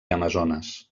amazones